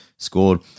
Scored